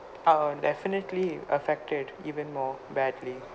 uh definitely affected even more badly